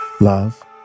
love